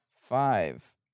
five